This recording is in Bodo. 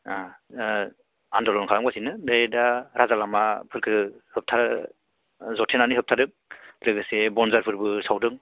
ओ ओ आन्दलन खालामगासिनो बे दा राजालामाफोरखो होबथा जथेनानै होबथादों लोगोसे बन्जारफोरबो सावदों